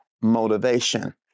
motivation